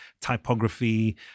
typography